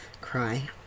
Cry